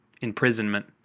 Imprisonment